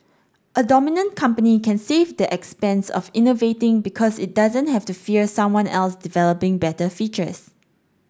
a dominant company can save the expense of innovating because it doesn't have to fear someone else developing better features